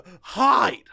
hide